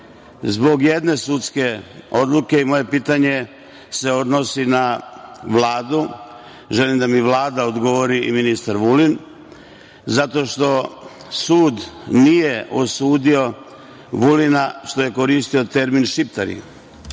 zbog jedne sudske odluke i moje pitanje se odnosi na Vladu. Želim da mi Vlada odgovori i ministar Vulin, zato što sud nije osudio Vulina što je koristio termin „Šiptari“.Lično